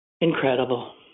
Incredible